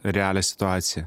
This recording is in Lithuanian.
realią situaciją